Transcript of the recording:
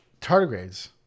Tardigrades